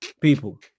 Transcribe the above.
people